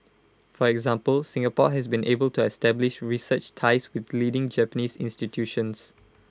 for example Singapore has been able to establish research ties with leading Japanese institutions